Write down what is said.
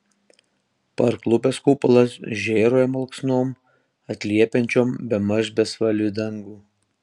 parklupęs kupolas žėruoja malksnom atliepiančiom bemaž bespalvį dangų